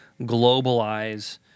globalize